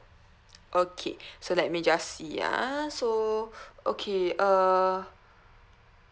okay so let me just see ah so okay uh